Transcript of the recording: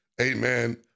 Amen